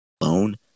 alone